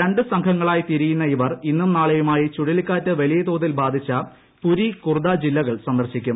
രണ്ട് സംഘങ്ങളായി തിരിയുന്ന ഇവർ ഇന്നും നാളെയുമായി ചുഴലിക്കാറ്റ് വലിയ തോതിൽ ബാധിച്ച പുരി കുർദ ജില്ലകൾ സന്ദർശിക്കും